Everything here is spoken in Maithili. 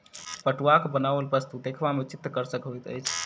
पटुआक बनाओल वस्तु देखबा मे चित्तकर्षक होइत अछि